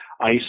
ice